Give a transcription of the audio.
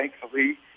Thankfully